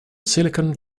silicon